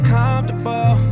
comfortable